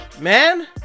man